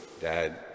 dad